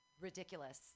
ridiculous